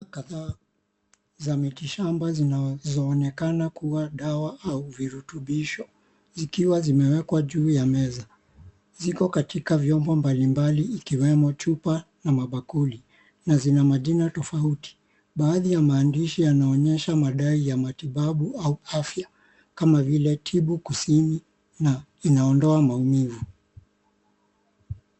Kadhaa za mitishamba zinazoonekana kuwa dawa au virutubisho, zikiwa zimewekwa juu ya meza. Ziko katika vyombo mbalimbali ikiwemo chupa na mabakuli na zina majina tofauti. Baadhi ya maadishi yanaonyesha madai ya matibabu au afya kama vile tibu kusini na inaondoa maumivu.